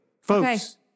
folks